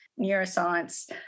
neuroscience